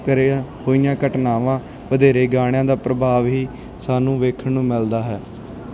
ਕਰੀਆਂ ਹੋਈਆਂ ਘਟਨਾਵਾਂ ਵਧੇਰੇ ਗਾਣਿਆਂ ਦਾ ਪ੍ਰਭਾਵ ਹੀ ਸਾਨੂੰ ਵੇਖਣ ਨੂੰ ਮਿਲਦਾ ਹੈ